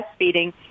breastfeeding